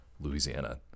Louisiana